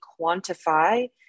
quantify